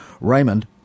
Raymond